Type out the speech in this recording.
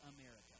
America